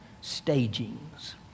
stagings